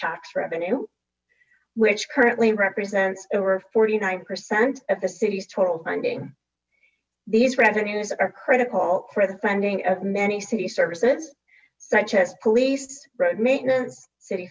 tax revenue which currently represents over forty nine percent of the city's total funding these revenues are critical for the funding of many city services such as police road maintenance city